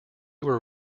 were